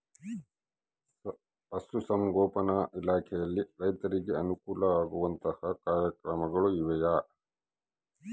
ಪಶುಸಂಗೋಪನಾ ಇಲಾಖೆಯಲ್ಲಿ ರೈತರಿಗೆ ಅನುಕೂಲ ಆಗುವಂತಹ ಕಾರ್ಯಕ್ರಮಗಳು ಇವೆಯಾ?